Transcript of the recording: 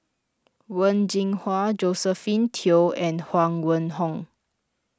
Wen Jinhua Josephine Teo and Huang Wenhong